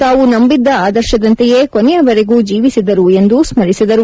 ತಾವು ನಂಬಿದ್ದ ಆದರ್ಶದಂತೆಯೇ ಕೊನೆಯವರೆಗೂ ಜೀವಿಸಿದರು ಎಂದು ಸ್ಮರಿಸಿದರು